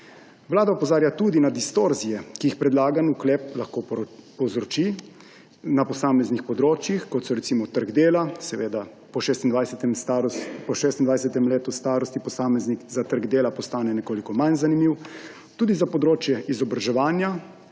Vlada opozarja tudi na distorzije, ki jih predlagani ukrep lahko povzroči na posameznih področjih, kot so recimo trg dela, seveda po 26. letu starosti posameznik za trg dela postane nekoliko manj zanimiv, tudi za področje izobraževanja,